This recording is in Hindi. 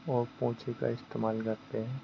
और पोछे का इस्तेमाल करते हैं